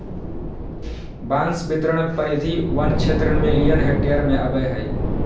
बांस बितरण परिधि वन क्षेत्र मिलियन हेक्टेयर में अबैय हइ